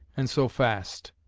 and so fast.